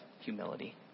humility